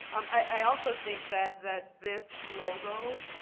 i also think that that this logo,